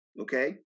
okay